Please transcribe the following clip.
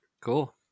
cool